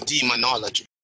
demonology